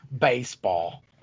Baseball